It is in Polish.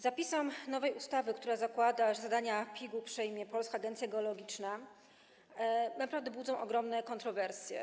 Zapisy nowej ustawy, która zakłada, że zadania PIG-u przejmie Polska Agencja Geologiczna, naprawdę budzą ogromne kontrowersje.